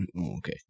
Okay